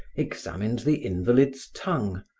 examined the invalid's tongue,